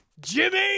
Jimmy